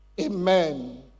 Amen